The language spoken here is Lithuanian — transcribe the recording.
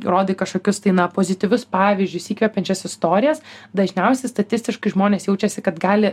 rodai kažkokius tai na pozityvius pavyzdžius įkvepiančias istorijas dažniausiai statistiškai žmonės jaučiasi kad gali